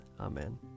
Amen